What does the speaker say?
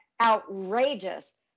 outrageous